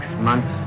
months